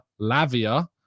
Lavia